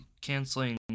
canceling